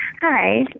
Hi